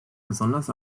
besonders